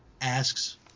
asks